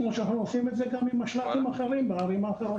כמו שאנחנו עושים את זה גם עם משל"טים אחרים בערים האחרות.